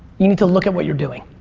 you need to look at what you're doing.